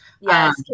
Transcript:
Yes